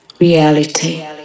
reality